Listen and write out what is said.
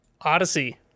Odyssey